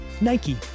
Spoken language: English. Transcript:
Nike